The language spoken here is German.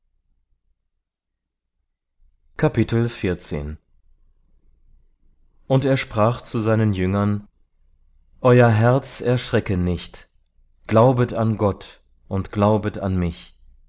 und er sprach zu seinen jüngern euer herz erschrecke nicht glaubet an gott und glaubet an mich